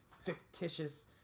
fictitious